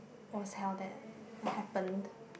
was held there that happened